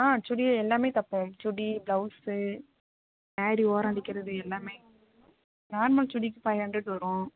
ஆ சுடி எல்லாமே தப்போம் சுடி ப்ளவுஸ்ஸு ஸாரி ஓரம் அடிக்கிறது எல்லாமே நார்மல் சுடிக்கு ஃபைவ் ஹண்ட்ரட் வரும்